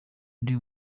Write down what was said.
ndi